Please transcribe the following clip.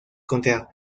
contra